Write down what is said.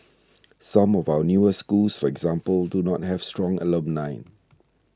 some of our newer schools for example do not have strong alumni